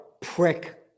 prick